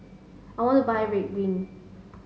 I want to buy Ridwind